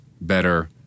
better